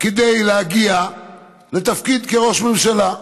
כדי להגיע לתפקיד ראש ממשלה.